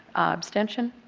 abstention.